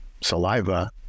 saliva